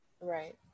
right